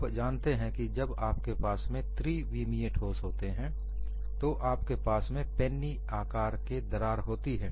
आप जानते हैं जब आपके पास में त्रिविमीय ठोस होते हैं तो आपके पास में पेन्नी आकार की दरार होती है